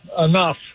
enough